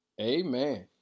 Amen